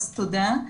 אז תודה.